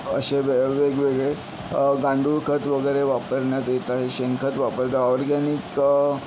असे वेगवेगळे गांडूळ खत वगैरे वापरण्यात येत आहे शेणखत वापरतात ऑर्गेनिक